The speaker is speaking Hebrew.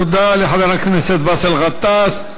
תודה לחבר הכנסת באסל גטאס.